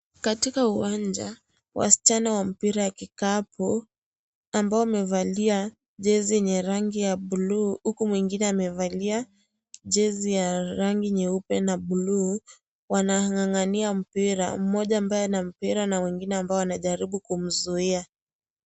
Katika uwanja wasichana wa mpira ya wakikapu ambao wamevalia jezi enye rangi ya blue huku mwengine amevaa jezi ya rangi nyeupe na blue wanang' ang' ania mpira. Mmoja ambaye ako na mpira na mwingine ambaye anajaribu kumzuia.